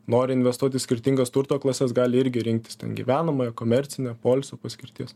nori investuoti skirtingas turto klases gali irgi rinktis gyvenamąją komercinę poilsio paskirties